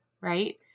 Right